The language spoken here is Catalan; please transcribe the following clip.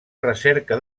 recerca